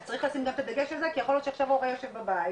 אז צריך לשים את הדגש הזה כי יכול להיות שעכשיו הורה יושב בבית